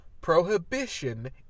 Prohibition